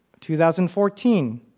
2014